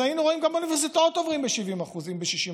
אז היינו רואים שגם באוניברסיטאות עוברים ב-70% וב-60%.